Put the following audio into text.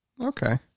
Okay